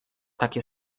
takie